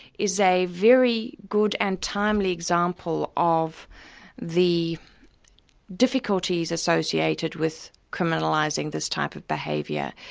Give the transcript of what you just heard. is a very good and timely example of the difficulties associated with criminalising this type of behaviour.